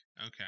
Okay